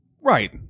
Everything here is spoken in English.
Right